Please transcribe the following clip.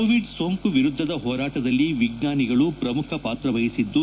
Covid ಸೋಂಕು ವಿರುದ್ದದ ಹೋರಾಟದಲ್ಲಿ ವಿಜ್ವಾನಿಗಳು ಶ್ರಮುಖ ಪಾತ್ರ ವಹಿಸಿದ್ದು